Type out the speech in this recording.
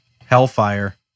Hellfire